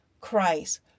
Christ